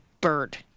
bird